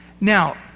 Now